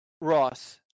Ross